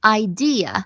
idea